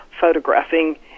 photographing